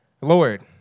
Lord